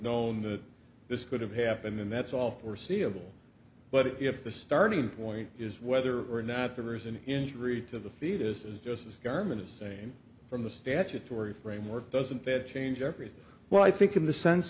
known that this could have happened and that's all foreseeable but if the starting point is whether or not there is an injury to the fetus as just as government is saying from the statutory framework doesn't that change everything well i think in the sense